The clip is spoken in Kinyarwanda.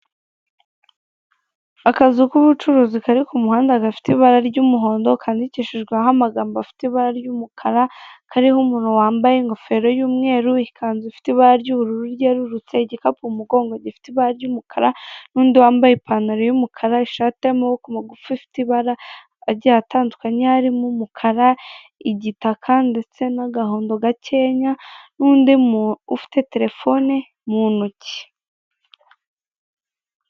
Akazu k'ubucuruzi kari ku muhanda gafite ibara ry'umuhondo, kandikishijweho amagambo afite ibara ry'umukara, kariho umuntu wambaye ingofero y'umweru, ikanzu ifite ibara ry'ubururu ryerurutse, igikapu umugongo gifite ibara ry'umukara, n'undi wambaye ipantaro y'umukara, ishati y'amaboko magufi ifite ibara agiye atandukanye harimo umukara, igitaka ndetse n'agahondo gakenya, n'undi muntu ufite telefone mu ntoki.